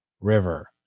River